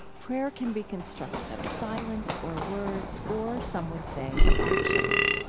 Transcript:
prayer can be constructed of silence or words or, some would say, of actions.